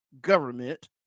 government